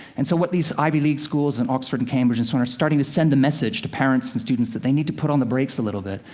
and so what these ivy league schools, and oxford and cambridge and so on, are starting to send a message to parents and students that they need to put on the brakes a little bit.